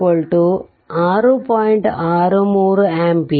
63 ampere ಮತ್ತು i4 2